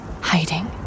hiding